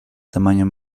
tamaño